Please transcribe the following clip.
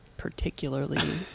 particularly